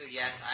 yes